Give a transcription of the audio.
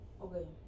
Okay